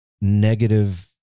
negative